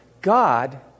God